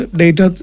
data